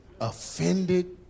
Offended